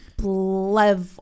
Level